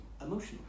Emotional